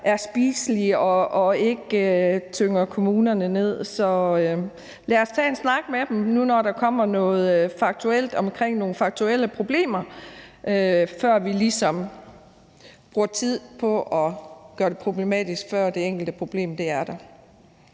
er spiselige og ikke tynger kommunerne. Så lad os tage en snak med dem, når der kommer noget omkring nogle faktuelle problemer, og ikke bruge tid på at gøre det problematisk, før det enkelte problem er der.